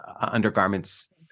undergarments